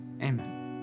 amen